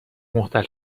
مختل